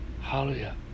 Hallelujah